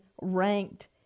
ranked